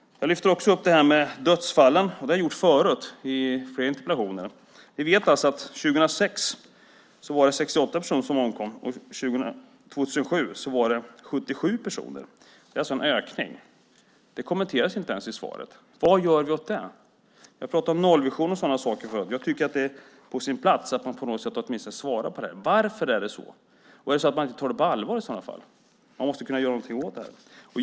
Jag lyfte också upp frågan om dödsfallen, och det har jag gjort i flera interpellationer förut. Vi vet att det var 68 personer som omkom 2006 och 77 personer 2007. Det är alltså en ökning. Det kommenteras inte ens i svaret. Vad gör vi åt det? Vi har pratat om nollvision och sådana saker förut, och jag tycker att det är på sin plats att man åtminstone svarar på det: Varför är det så? Tar man det inte på allvar? Man måste kunna göra någonting åt det här.